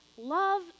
Love